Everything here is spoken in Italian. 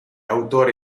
autore